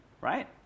right